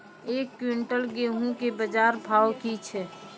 एक क्विंटल गेहूँ के बाजार भाव की छ?